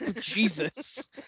Jesus